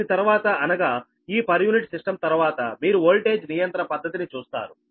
దీని తర్వాత అనగా ఈ పర్ యూనిట్ సిస్టం తర్వాత మీరు వోల్టేజ్ నియంత్రణ పద్ధతిని చూస్తారు